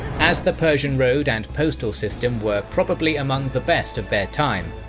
as the persian road and postal system were probably among the best of their time,